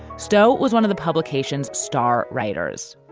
stowe was one of the publications star writers.